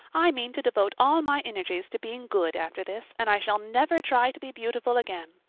i mean to devote all my energies to being good after this and i shall never try to be beautiful again.